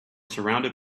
surrounded